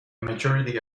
majority